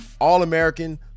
All-American